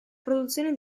produzione